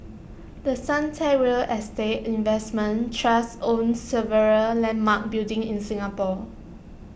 the Suntec real estate investment trust owns several landmark buildings in Singapore